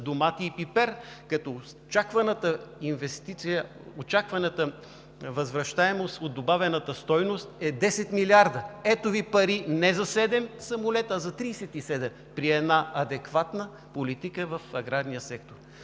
домати и пипер, като очакваната възвръщаемост от добавената стойност е 10 милиарда. Ето Ви пари не за 7 самолета, а за 37 при адекватна политика в аграрния сектор.